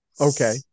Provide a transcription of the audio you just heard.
okay